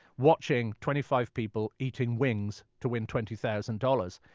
watching twenty five people eating wings to win twenty thousand dollars.